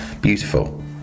Beautiful